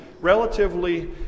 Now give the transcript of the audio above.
relatively